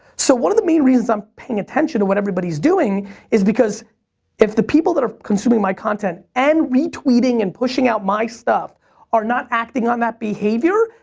so, one of the main reasons i'm paying attention to what everybody is doing is because if the people that are consuming my content and retweeting and pushing out my stuff are not acting on that behavior,